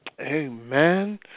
Amen